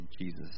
Jesus